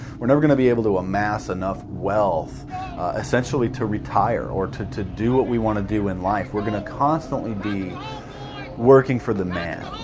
were never gonna be able to amass enough wealth essentially to retire or to to do what we want to do in life. we're gonna constantly be working for the man.